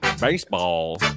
Baseball